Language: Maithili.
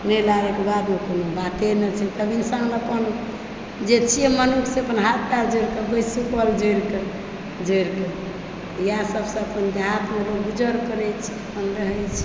मेला होएके बादो कोनो बाते नहि छै तब इन्सान अपन अपन जे छियै मनुष से अपन हाथ पैर जोड़िकऽ कल जोड़ि कऽ जोड़ि कऽ इएह सबसँ अपन देहातमे लोक गुजर करैत छै अपन रहैत छै